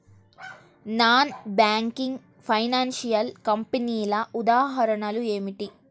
Non banking financial కంపెనీల ఉదాహరణలు ఏమిటి?